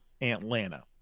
Atlanta